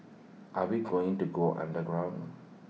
are we going to go underground